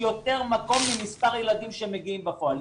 יותר מקום ממספר הילדים שמגיעים בפועל.